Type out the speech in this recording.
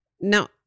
Now